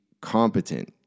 competent